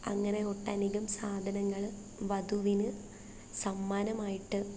അങ്ങനെ ഒട്ടനേകം സാധനങ്ങൾ വധുവിന് സമ്മാനമായിട്ട്